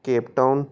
Cape Town